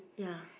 ya